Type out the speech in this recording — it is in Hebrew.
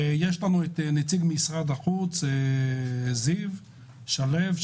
ונמצא נציג משרד החוץ זיו שלו,